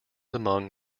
among